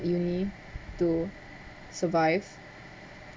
uni to survive